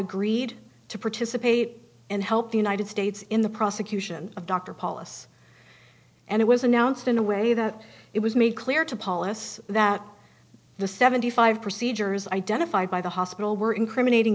agreed to participate and help the united states in the prosecution of dr paulus and it was announced in a way that it was made clear to paulus that the seventy five procedures identified by the hospital were incriminating